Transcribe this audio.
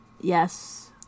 yes